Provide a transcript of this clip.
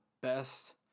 best